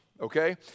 okay